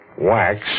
wax